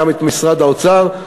גם את משרד האוצר.